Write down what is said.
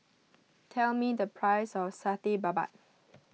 tell me the price of Satay Babat